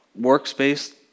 workspace